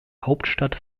hauptstadt